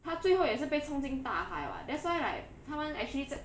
它最后也是被冲进大海 [what] that's why like 他们 actually 在